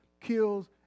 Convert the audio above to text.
kills